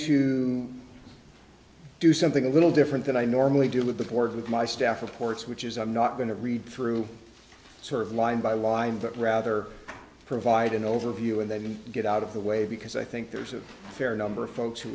to do something a little different than i normally do with the board with my staff reports which is i'm not going to read through sort of line by line but rather provide an overview and then get out of the way because i think there's a fair number of folks who